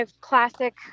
classic